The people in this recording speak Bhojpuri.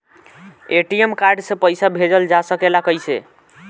ए.टी.एम कार्ड से पइसा भेजल जा सकेला कइसे?